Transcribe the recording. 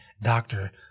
doctor